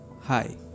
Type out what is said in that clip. hi